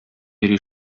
йөри